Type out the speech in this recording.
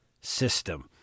system